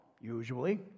usually